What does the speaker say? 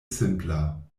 simpla